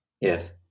yes